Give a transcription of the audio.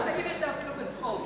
אל תגיד את זה אפילו בצחוק.